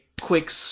quick